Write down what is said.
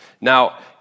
Now